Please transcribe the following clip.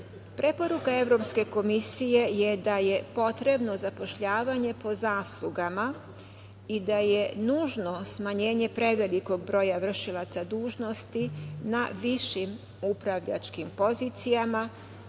Evropske komisije je da je potrebno zapošljavanje po zaslugama i da je nužno smanjenje prevelikog broja vršilaca dužnosti na višim upravljačkim pozicijama,